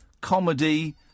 comedy